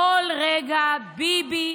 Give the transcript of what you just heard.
כל רגע, "ביבי",